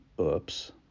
oops